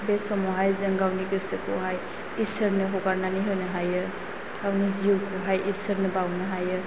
बे समावहाय जों गावनि गोसोखौहाय इसोरनो हगारनानै होनो हायो गावनि जिउखौहाय इसोरनो बाउनो हायो